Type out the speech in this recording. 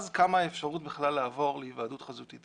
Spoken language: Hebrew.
אז קמה האפשרות בכלל לעבור להיוועדות חזותית.